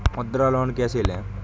मुद्रा लोन कैसे ले?